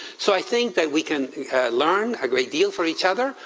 so i think that we can learn a great deal from each other.